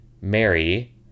Mary